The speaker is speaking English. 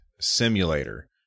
simulator